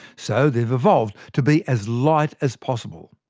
so they have evolved to be as light as possible.